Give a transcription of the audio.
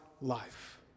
life